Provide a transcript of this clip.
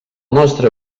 nostre